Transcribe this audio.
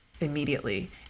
immediately